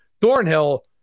Thornhill